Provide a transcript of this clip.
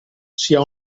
sia